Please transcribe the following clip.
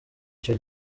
icyo